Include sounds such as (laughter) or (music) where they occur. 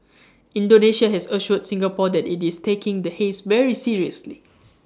(noise) Indonesia has assured Singapore that IT is taking the haze very seriously (noise)